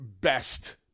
best